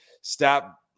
stop